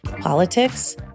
Politics